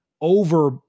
over